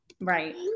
right